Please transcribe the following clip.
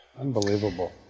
Unbelievable